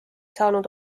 saanud